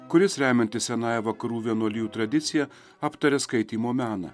kuris remiantis senąja vakarų vienuolijų tradicija aptaria skaitymo meną